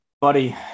Buddy